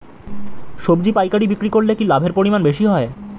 সবজি পাইকারি বিক্রি করলে কি লাভের পরিমাণ বেশি হয়?